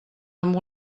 amb